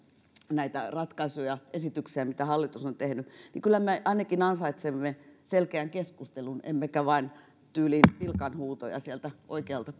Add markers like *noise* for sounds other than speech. näitä ratkaisuja esityksiä mitä hallitus on tehnyt mielestäni me siksi ainakin ansaitsemme selkeän keskustelun emmekä vain tyyliin pilkanhuutoja sieltä oikealta *unintelligible*